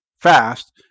fast